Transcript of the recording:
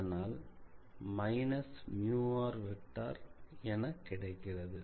அதனால் −rஎன கிடைக்கிறது